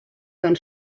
kann